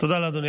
תודה לאדוני.